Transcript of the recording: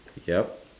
yup